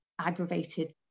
aggravated